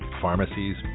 pharmacies